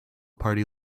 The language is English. party